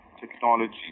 technology